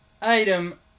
item